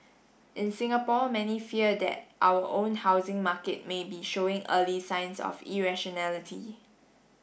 in Singapore many fear that our own housing market may be showing early signs of irrationality